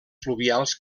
fluvials